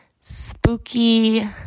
spooky